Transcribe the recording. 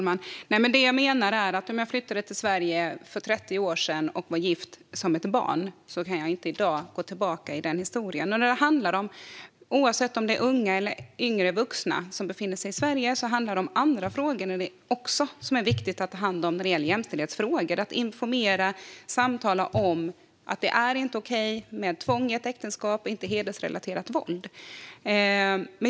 Fru talman! Det jag menar är att någon som flyttade till Sverige för 30 år sedan och var gift som barn inte i dag kan gå tillbaka i den historien. Oavsett om det gäller unga eller yngre vuxna som befinner sig i Sverige handlar det också om andra frågor som är viktiga att ta hand om när det gäller jämställdhet, som att informera och samtala om att det inte är okej med tvång i ett äktenskap och heller inte med hedersrelaterat våld.